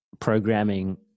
programming